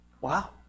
Wow